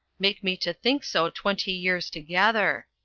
make me to think so twenty years together.